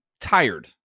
tired